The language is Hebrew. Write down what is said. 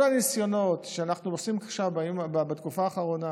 כל הניסיונות שאנחנו עושים עכשיו, בתקופה האחרונה,